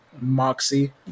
Moxie